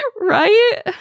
Right